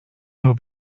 nur